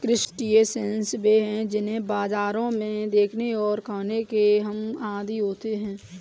crustaceans वे हैं जिन्हें बाजारों में देखने और खाने के हम आदी होते हैं